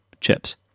chips